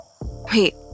Wait